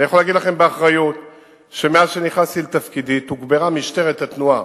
אני יכול להגיד לכם באחריות שמאז שנכנסתי לתפקידי תוגברה משטרת התנועה,